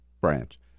branch